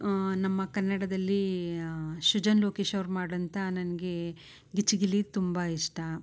ನಮ್ಮ ಕನ್ನಡದಲ್ಲಿ ಸೃಜನ್ ಲೋಕೇಶ್ ಅವ್ರ ಮಾಡೊಂಥ ನನಗೆ ಗಿಚ್ಚಿ ಗಿಲಿ ತುಂಬಾ ಇಷ್ಟ